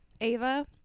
Ava